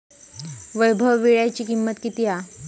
वैभव वीळ्याची किंमत किती हा?